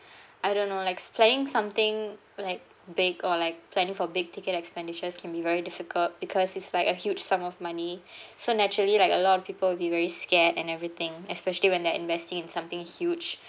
I don't know like s~ planning something like big or like planning for big ticket expenditures can be very difficult because it's like a huge sum of money so naturally like a lot of people will be very scared and everything especially when they're investing in something huge